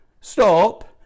Stop